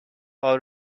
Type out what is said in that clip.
our